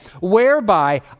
whereby